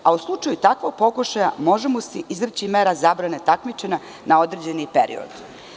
U slučaju takvog pokušaja, može mu se izreći i mera zabrane takmičenja na određeni period.